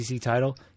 title